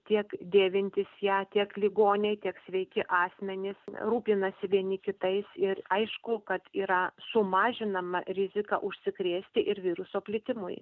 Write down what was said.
tiek dėvintys ją tiek ligoniai tiek sveiki asmenys rūpinasi vieni kitais ir aišku kad yra sumažinama rizika užsikrėsti ir viruso plitimui